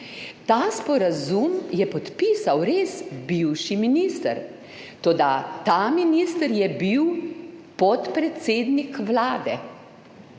Ta sporazum je res podpisal bivši minister, toda ta minister je bil podpredsednik Vlade.